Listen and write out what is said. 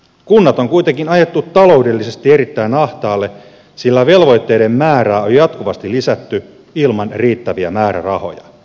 kunnat on kuitenkin ajettu taloudellisesti erittäin ahtaalle sillä velvoitteiden määrää on jatkuvasti lisätty ilman riittäviä määrärahoja